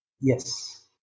Yes